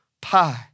pie